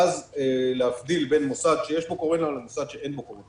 ואז להבדיל בין מוסד שיש בו קורונה למוסד שאין בו קורונה.